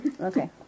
Okay